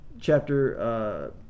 chapter